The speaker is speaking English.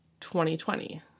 2020